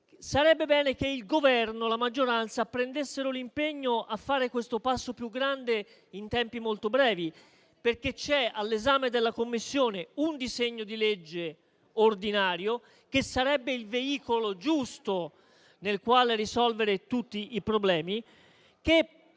Sarebbe bene che il Governo e la maggioranza assumessero l'impegno a fare questo passo più grande in tempi molto brevi. È infatti all'esame della Commissione un disegno di legge ordinario, che sarebbe il veicolo giusto per risolvere tutti i problemi, che potrebbe essere accelerato.